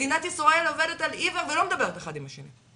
מדינת ישראל עובדת על עיוור ולא מדברת אחד עם השני.